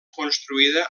construïda